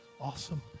Awesome